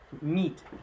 meat